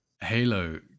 Halo